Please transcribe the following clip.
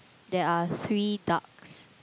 there are three ducks